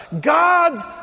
God's